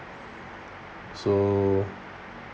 so